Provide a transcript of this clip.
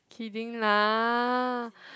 kidding lah